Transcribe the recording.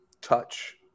touch